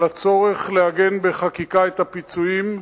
על הצורך לעגן בחקיקה את הפיצויים,